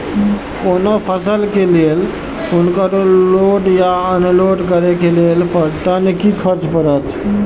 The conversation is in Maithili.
कोनो फसल के लेल उनकर लोड या अनलोड करे के लेल पर टन कि खर्च परत?